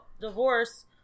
divorce